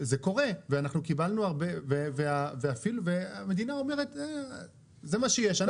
זה קורה ואנחנו קיבלנו הרבה והמדינה אומרת "זה מה שיש".